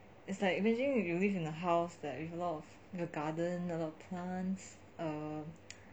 it's like imagine if you live in a house that with a lot of garden a lot of plants err